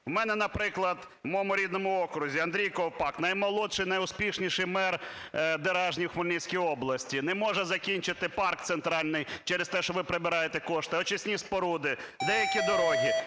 В мене, наприклад, в моєму рідному окрузі Андрій Ковпак, наймолодший і найуспішніший мер Деражні в Хмельницькій області, не може закінчити парк центральний через те, що ви прибираєте кошти, очисні споруди, деякі дороги.